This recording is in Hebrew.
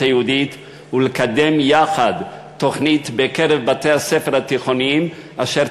היהודית ולקדם יחד תוכנית בקרב בתי-הספר התיכוניים אשר